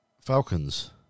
falcons